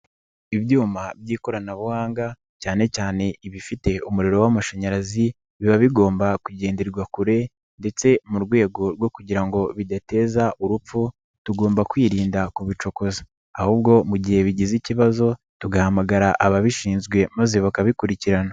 Ibyuma by'ikoranabuhanga, cyane cyane ibifite umuriro w'amashanyarazi, biba bigomba kugenderwa kure ndetse mu rwego rwo kugira ngo bidateza urupfu, tugomba kwirinda kubicokoza ahubwo mu gihe bigize ikibazo, tugahamagara ababishinzwe maze bakabikurikirana.